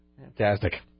Fantastic